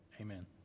Amen